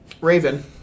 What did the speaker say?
Raven